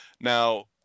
Now